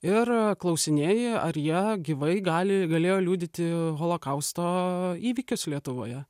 ir klausinėji ar jie gyvai gali galėjo liudyti holokausto įvykius lietuvoje